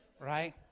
right